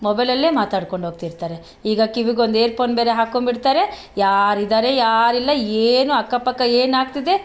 ಮೊಬೈಲಲ್ಲೇ ಮಾತಾಡ್ಕೊಂಡೋಗ್ತಿರ್ತಾರೆ ಈಗ ಕಿವಿಗೊಂದು ಏರ್ ಪೋನ್ ಬೇರೆ ಹಾಕ್ಕೊಂಡ್ಬಿಡ್ತಾರೆ ಯಾರಿದ್ದಾರೆ ಯಾರಿಲ್ಲ ಏನು ಅಕ್ಕಪಕ್ಕ ಏನಾಗ್ತಿದೆ